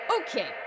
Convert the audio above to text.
Okay